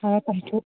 آ تۄہہِ چھُو